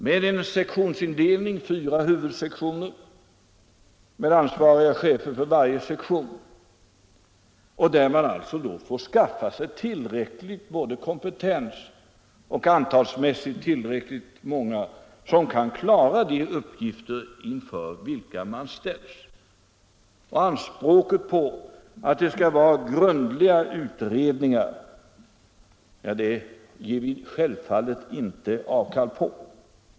Det finns en sektionsindelning med fyra huvudsektioner, var och en med en ansvarig chef. Man får då anställa tillräckligt många personer med erforderlig kompetens för att företaget skall kunna klara de uppgifter inför vilka det ställs. Kravet att det skall vara grundliga utredningar gör vi självfallet inte avkall på.